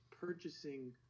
purchasing